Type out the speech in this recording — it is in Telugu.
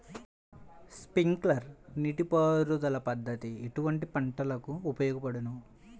స్ప్రింక్లర్ నీటిపారుదల పద్దతి ఎటువంటి పంటలకు ఉపయోగపడును?